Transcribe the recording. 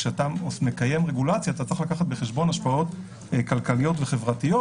כשאתה מקיים רגולציה אתה צריך לקחת בחשבון השפעות כלכליות וחברתיות,